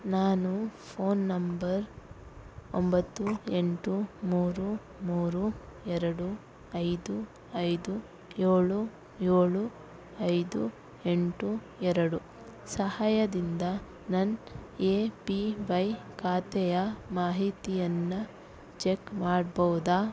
ನಾನು phone number ಒಂಬತ್ತು ಎಂಟು ಮೂರು ಮೂರು ಎರಡು ಐದು ಐದು ಏಳು ಏಳು ಐದು ಎಂಟು ಎರಡು ಸಹಾಯದಿಂದ ನನ್ನ ಎ ಪಿ ವೈ ಖಾತೆಯ ಮಾಹಿತಿಯನ್ನು ಚೆಕ್ ಮಾಡ್ಬಹುದ